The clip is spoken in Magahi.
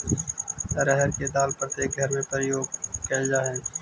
अरहर के दाल प्रत्येक घर में प्रयोग कैल जा हइ